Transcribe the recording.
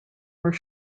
were